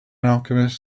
alchemist